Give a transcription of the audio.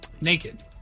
Naked